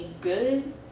good